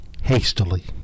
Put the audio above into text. hastily